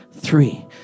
Three